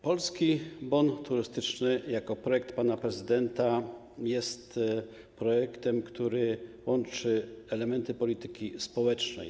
Polski Bon Turystyczny jako projekt pana prezydenta jest projektem, który łączy elementy polityki społecznej.